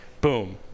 boom